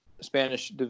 Spanish